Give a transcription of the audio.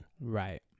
Right